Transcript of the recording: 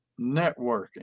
networking